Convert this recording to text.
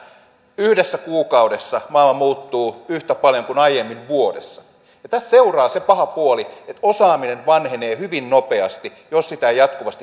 yhtä hyvin voidaan sanoa että yhdessä kuukaudessa maailma muuttuu yhtä paljon kuin aiemmin vuodessa ja tästä seuraa se paha puoli että osaaminen vanhenee hyvin nopeasti jos sitä ei jatkuvasti käytetä